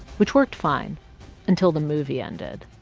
which worked fine until the movie ended.